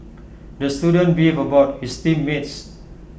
the student beefed about his team mates